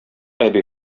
әби